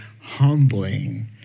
humbling